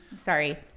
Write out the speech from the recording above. Sorry